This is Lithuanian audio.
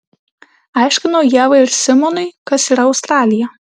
aiškinau ievai ir simonui kas yra australija